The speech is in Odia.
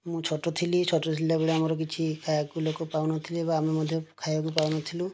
ମୁଁ ଛୋଟ ଥିଲି ଛୋଟ ଥିଲାବେଳେ ଆମର କିଛି ଖାଇବାକୁ ଲୋକ ପାଉନଥିଲେ ବା ଆମେ ମଧ୍ୟ ଖାଇବାକୁ ପାଉନଥିଲୁ